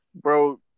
bro